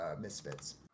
Misfits